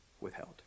withheld